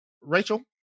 Rachel